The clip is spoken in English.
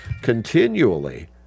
continually